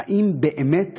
האם באמת